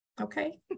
Okay